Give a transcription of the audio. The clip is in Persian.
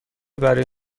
برای